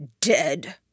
dead